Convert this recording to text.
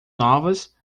novas